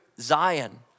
Zion